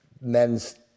men's